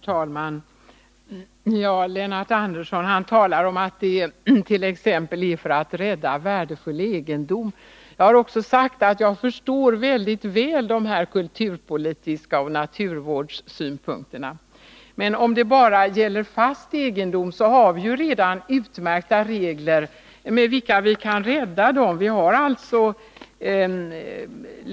Herr talman! Lennart Andersson säger att det är t.ex. för att rädda värdefull egendom som utskottet framlagt sitt förslag till lagändring. Jag har också sagt att jag mycket väl förstår de kulturpolitiska synpunkterna och naturvårdssynpunkterna. Men om det bara gäller fast egendom finns det redan klara regler för hur sådan egendom kan räddas.